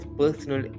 personal